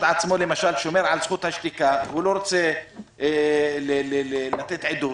עצמו שומר על זכות השתיקה והוא לא רוצה לתת עדות